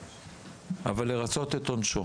אבל לרצות את עונשו.